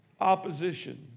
opposition